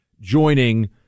joining